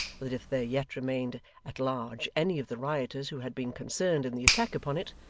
that if there yet remained at large any of the rioters who had been concerned in the attack upon it,